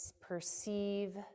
perceive